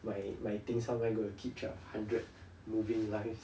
my my things how am I going to keep track of hundred living lives